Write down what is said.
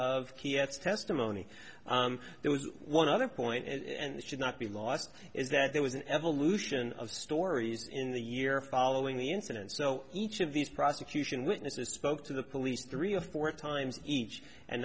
it's testimony there was one other point and that should not be lost is that there was an evolution of stories in the year following the incident so each of these prosecution witnesses spoke to the police three or four times each and